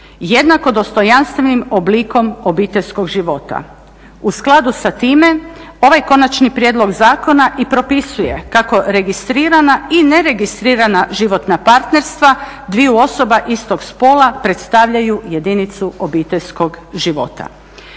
jednako dostojanstvenim oblikom obiteljskog života. U skladu sa time ovaj konačni prijedlog zakona i propisuje kako registrirana i neregistrirana životna partnerstva dvije osoba istog spola predstavljaju jedinicu obiteljskog života.